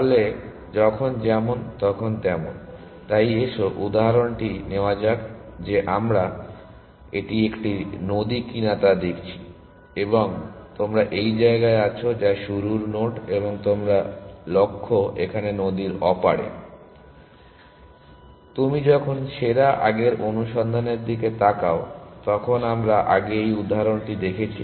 তাহলে যখন যেমন তখন তেমন তাই এসো এই উদাহরণটি নেওয়া যাক যে আমরা এটি একটি নদী কিনা তা দেখছি এবং তোমরা এই জায়গায় আছো যা শুরুর নোড এবং তোমার লক্ষ্য এখানে নদীর অপর পারে তুমি যখন সেরা আগের অনুসন্ধানের দিকে তাকাও তখন আমরা আগে এই উদাহরণটি দেখেছি